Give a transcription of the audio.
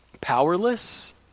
powerless